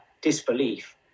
disbelief